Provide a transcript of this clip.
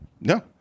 No